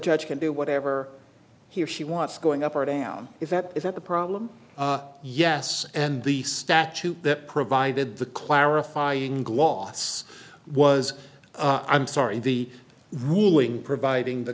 judge can do whatever he or she wants going up or down if that isn't the problem yes and the statute that provided the clarifying gloss was i'm sorry the ruling providing the